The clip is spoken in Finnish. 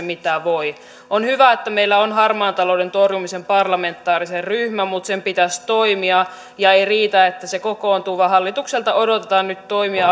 mitä voi on hyvä että meillä on harmaan talouden torjumisen parlamentaarinen ryhmä mutta sen pitäisi toimia ja ei riitä että se kokoontuu vaan hallitukselta odotetaan nyt toimia